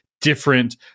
different